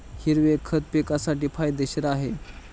हिरवे खत पिकासाठी फायदेशीर आहे